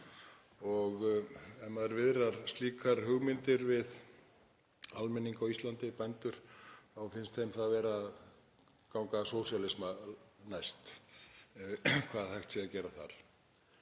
Ef maður viðrar slíkar hugmyndir við almenning á Íslandi, bændur, finnst þeim það ganga sósíalisma næst hvað hægt er að gera þar.